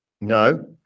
No